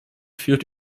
führt